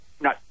No